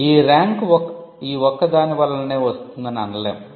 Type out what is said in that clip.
ఈ రాంక్ ఈ ఒక్క దాని వలననే వస్తుందని అనలేం